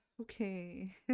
okay